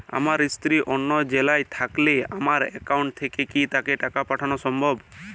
আমার স্ত্রী অন্য জেলায় থাকলে আমার অ্যাকাউন্ট থেকে কি তাকে টাকা পাঠানো সম্ভব?